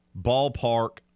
ballpark